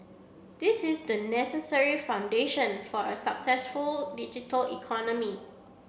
this is the necessary foundation for a successful digital economy